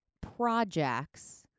projects